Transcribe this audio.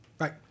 Right